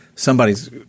Somebody's